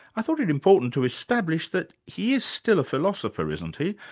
i thought it important to establish that he is still a philosopher, isn't he?